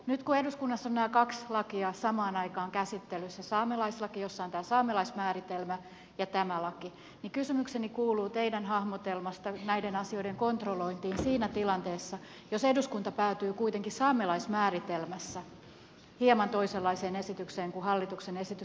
nyt kun eduskunnassa on nämä kaksi lakia samaan aikaan käsittelyssä saamelaislaki jossa on tämä saamelaismääritelmä ja tämä laki niin kysymykseni kuuluu teidän hahmotelmastanne näiden asioiden kontrollointiin siinä tilanteessa jos eduskunta päätyy kuitenkin saamelaismääritelmässä hieman toisenlaiseen esitykseen kuin hallituksen esitys